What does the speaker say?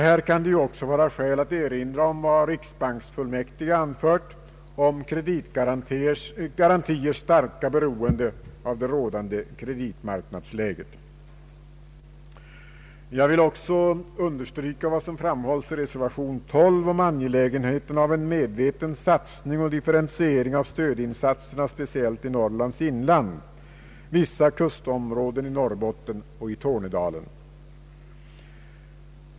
Här kan det ju också vara skäl att erinra om vad riksbanksfullmäktige anfört om kreditgarantiers starka beroende av det rådande kreditmarknadsläget. Jag vill också understryka vad som framhålles i reservation 12 om angelägenheten av en medveten satsning och differentiering av stödinsatserna, speciellt i Norrlands inland, vissa kustområden i Norrbotten och i Tornedalen.